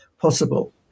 possible